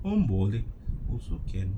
pun boleh also can